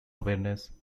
awareness